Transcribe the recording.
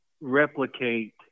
replicate